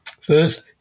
First